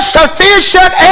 sufficient